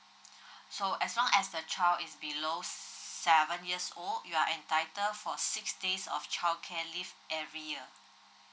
so as long as the child is below seven years old you are entitle for six days of childcare leave every year